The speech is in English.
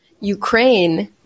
Ukraine